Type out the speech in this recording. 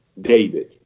David